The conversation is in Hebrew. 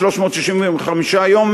365 יום,